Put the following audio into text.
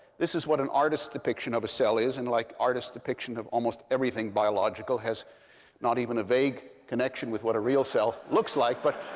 this is what an artist's depiction of a cell is, and like artist's depiction of almost everything biological, has not even a vague connection with what a real cell looks like. but